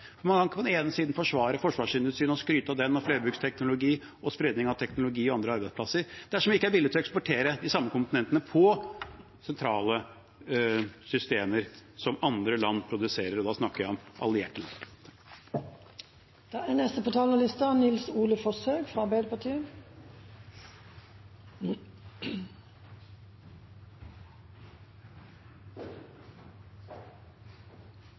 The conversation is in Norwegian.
kan ikke på den ene siden forsvare forsvarsindustrien og skryte av den og flerbruksteknologi og spredning av teknologi og andre arbeidsplasser – dersom vi ikke er villige til å eksportere de samme komponentene på sentrale systemer som andre land produserer, og da snakker jeg om allierte land.